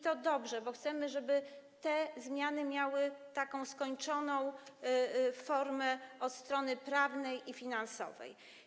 To dobrze, bo chcemy, żeby te zmiany miały taką skończoną formę od strony prawnej i finansowej.